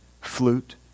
flute